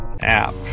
app